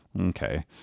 Okay